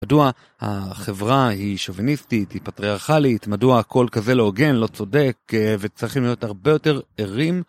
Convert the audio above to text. מדוע החברה היא שוביניסטית, היא פטריארכלית, מדוע הכול כזה לא הוגן, לא צודק וצריכים להיות הרבה יותר ערים?